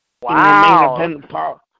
Wow